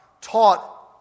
taught